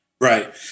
Right